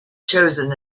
chosen